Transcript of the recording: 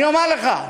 אומר לך: